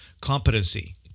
competency